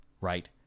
right